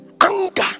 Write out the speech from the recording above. Anger